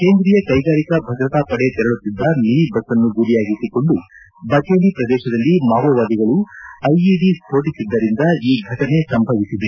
ಕೇಂದ್ರೀಯ ಕೈಗಾರಿಕಾ ಭದ್ರತಾ ಪಡೆ ತೆರಳುತ್ತಿದ್ದ ಮಿನಿ ಬಸ್ ಅನ್ನು ಗುರಿಯಾಗಿಸಿಕೊಂಡು ಬಚೇಲಿ ಪ್ರದೇಶದಲ್ಲಿ ಮಾವೋವಾದಿಗಳು ಐಇಡಿ ಸ್ತೋಟಿಸಿದ್ದರಿಂದ ಈ ಘಟನೆ ನಡೆದಿದೆ